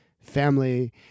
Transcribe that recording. family